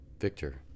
Victor